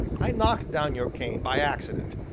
i knocked down your cane by accident,